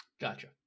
Gotcha